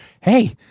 hey